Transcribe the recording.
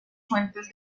fuentes